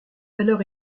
valeur